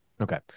Okay